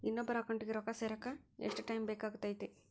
ಇನ್ನೊಬ್ಬರ ಅಕೌಂಟಿಗೆ ರೊಕ್ಕ ಸೇರಕ ಎಷ್ಟು ಟೈಮ್ ಬೇಕಾಗುತೈತಿ?